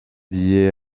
liée